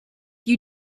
you